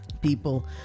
people